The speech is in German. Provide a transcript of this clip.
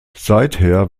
seither